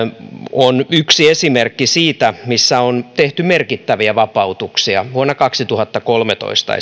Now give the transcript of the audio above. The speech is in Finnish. on yksi esimerkki maasta jossa on tehty merkittäviä vapautuksia esimerkiksi vuonna kaksituhattakolmetoista